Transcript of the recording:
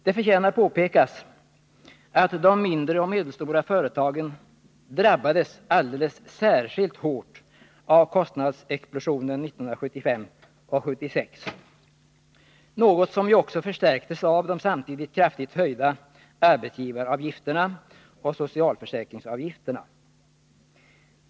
Det förtjänar att påpekas att de mindre och medelstora företagen drabbades alldeles särskilt hårt av kostnadsexplosionen 1975 och 1976 — något som också förstärktes av de samtidigt kraftigt höjda arbetsgivaravgifterna och socialförsäkringsavgifterna.